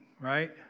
right